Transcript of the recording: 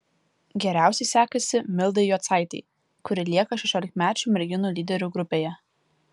geriausiai sekasi mildai jocaitei kuri lieka šešiolikmečių merginų lyderių grupėje